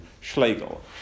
Schlegel